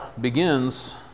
begins